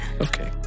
Okay